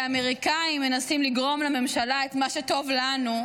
והאמריקאים מנסים לגרום לממשלה לעשות את מה שטוב לנו,